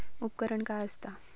उपकरण काय असता?